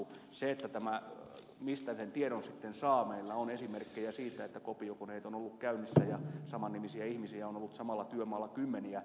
sen suhteen mistä sen tiedon sitten saa meillä on esimerkkejä siitä että kopiokoneet ovat olleet käynnissä ja saman nimisiä ihmisiä on ollut samalla työmaalla kymmeniä